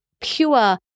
pure